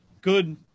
good